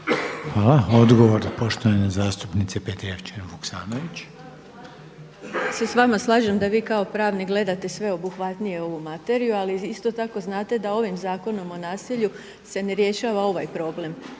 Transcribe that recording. Hvala. Odgovor poštovane zastupnice Petrijevčanin Vuksanović.